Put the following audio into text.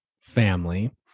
family